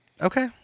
okay